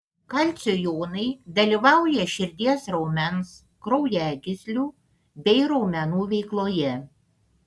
kalcio jonai dalyvauja širdies raumens kraujagyslių bei raumenų veikloje